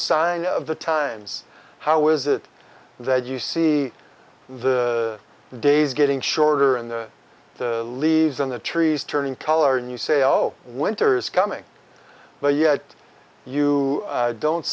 sign of the times how is it that you see the days getting shorter and the leaves on the trees turning color and you say oh winter is coming but yet you don't